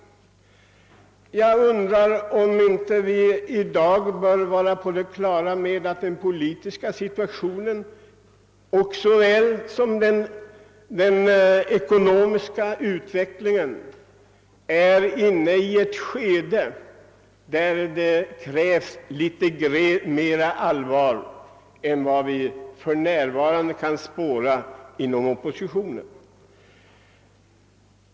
Jag undrar om vi inte i dag bör vara på det klara med att den politiska utvecklingen lika väl som den ekonomiska är inne i ett skede där det krävs litet mera allvar än vad som för närvarande kan spåras hos oppositionen.